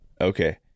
Okay